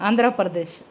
Andhra Pradesh